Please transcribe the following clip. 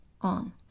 On